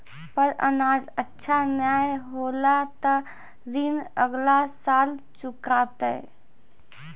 पर अनाज अच्छा नाय होलै तॅ ऋण अगला साल चुकैतै